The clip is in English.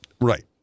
Right